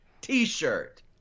t-shirt